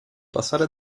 passare